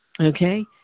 Okay